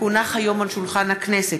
כי הונח היום על שולחן הכנסת,